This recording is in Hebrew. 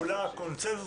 נדמה לי,